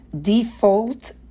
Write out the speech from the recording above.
Default